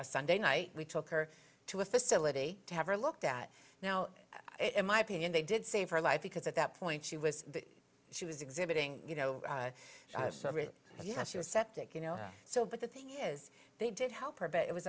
a sunday night we took her to a facility to have her looked at now in my opinion they did save her life because at that point she was she was exhibiting you know yes she was septic you know so but the thing is they did help her but it was